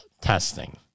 testing